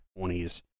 20s